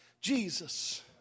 Jesus